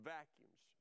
Vacuums